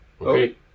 Okay